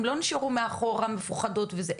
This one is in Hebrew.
הן לא נשארו מאחורה מפוחדות וזה,